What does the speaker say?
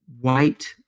white